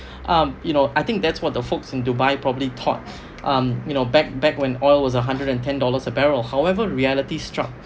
um you know I think that's what the folks in dubai probably thought um you know back back when oil was a hundred and ten dollars a barrel however reality struck